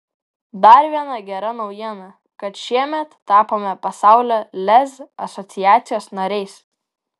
dar viena gera naujiena kad šiemet tapome pasaulio lez asociacijos nariais